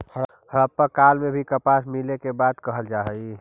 हड़प्पा काल में भी कपास मिले के बात कहल जा हई